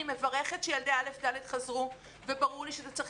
אני מברכת על כך שילדי א'-ד' חזרו ללימודים וברור לי שזה צריך